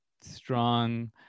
strong